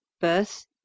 birth